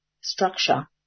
structure